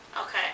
Okay